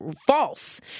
false